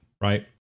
right